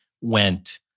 went